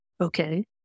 Okay